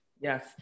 Yes